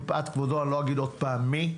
מפאת כבודו אני לא אגיד עוד פעם מי,